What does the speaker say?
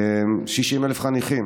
60,000 חניכים.